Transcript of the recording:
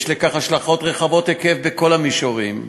ויש לכך השלכות רחבות-היקף בכל המישורים.